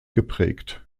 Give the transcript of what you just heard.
geprägt